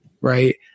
right